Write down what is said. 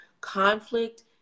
conflict